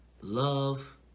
love